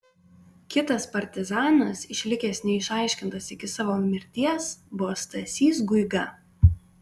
kitas partizanas išlikęs neišaiškintas iki savo mirties buvo stasys guiga